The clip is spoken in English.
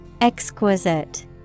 Exquisite